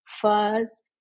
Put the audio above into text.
fuzz